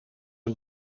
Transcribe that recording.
een